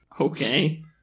Okay